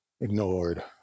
ignored